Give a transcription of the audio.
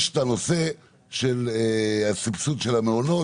יש את הנושא של הסבסוד של המעונות,